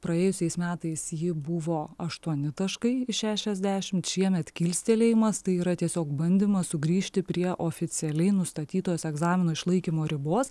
praėjusiais metais ji buvo aštuoni taškai iš šešiasdešimt šiemet kilstelėjimas tai yra tiesiog bandymas sugrįžti prie oficialiai nustatytos egzamino išlaikymo ribos